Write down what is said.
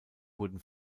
wurden